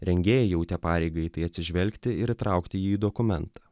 rengėjai jautė pareigą į tai atsižvelgti ir įtraukti į dokumentą